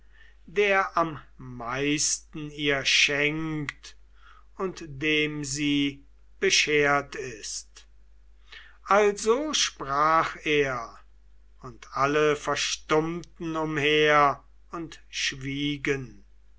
der am meisten ihr schenkt und dem sie beschert ist also sprach er und alle verstummten umher und schwiegen